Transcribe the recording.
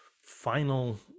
final